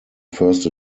first